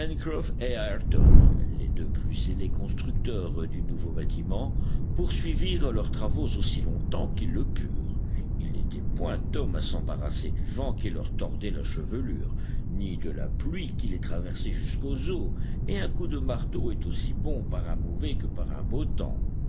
les deux plus zélés constructeurs du nouveau bâtiment poursuivirent leurs travaux aussi longtemps qu'ils le purent ils n'étaient point hommes à s'embarrasser du vent qui leur tordait la chevelure ni de la pluie qui les traversait jusqu'aux os et un coup de marteau est aussi bon par un mauvais que par un beau temps